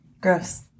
Gross